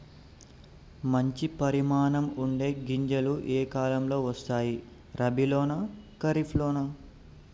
మంచి పరిమాణం ఉండే గింజలు ఏ కాలం లో వస్తాయి? రబీ లోనా? ఖరీఫ్ లోనా?